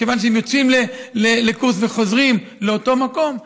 כיוון שהם נוסעים לקורס וחוזרים לאותו מקום,